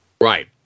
Right